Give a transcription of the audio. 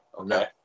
Okay